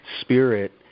spirit